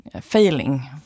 failing